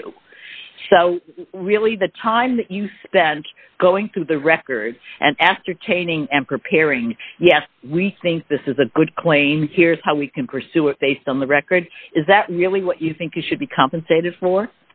you so really the time that you spend going through the records and ascertaining and preparing yes we think this is a good claim here's how we can pursue it based on the record is that really what you think you should be compensated for